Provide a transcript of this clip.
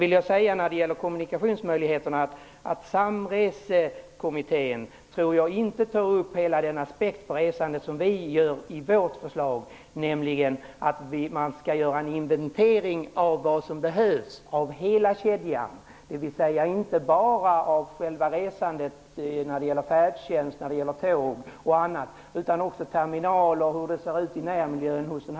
När det gäller kommunikationsmöjligheterna vill jag säga att jag inte tror att Samreseutredningen tar upp hela den aspekt på resandet som vi tar upp i vårt förslag. Vi anser nämligen att det skall göras en inventering av hela kedjan, dvs. inte bara av själva resandet när det gäller färdtjänst, tåg och annat. Man skall också titta på terminalerna och på hur det ser ut i de handikappades närmiljöer.